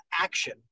action